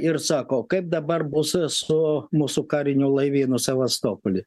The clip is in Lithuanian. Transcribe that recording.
ir sako kaip dabar bus su mūsų kariniu laivynu sevastopuly